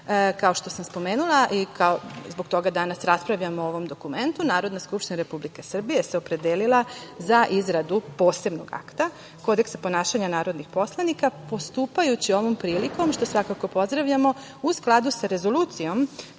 kao što sam spomenula i zbog toga danas raspravljamo o ovom dokumentu, Narodna skupština Republike Srbije se opredelila za izradu posebnog akta, kodeksa ponašanja narodnih poslanika, postupajući ovom prilikom, što svakako pozdravljamo, u skladu sa Rezolucijom